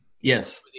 Yes